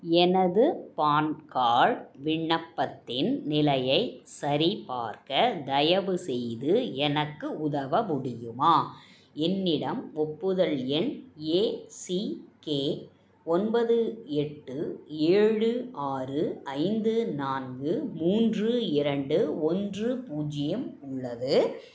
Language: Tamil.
எனது பான் கார்டு விண்ணப்பத்தின் நிலையைச் சரிபார்க்க தயவுசெய்து எனக்கு உதவ முடியுமா என்னிடம் ஒப்புதல் எண் ஏ சி கே ஒன்பது எட்டு ஏழு ஆறு ஐந்து நான்கு மூன்று இரண்டு ஒன்று பூஜ்ஜியம் உள்ளது